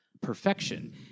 perfection